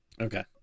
Okay